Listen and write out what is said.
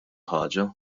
ħaġa